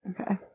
Okay